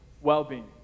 well-being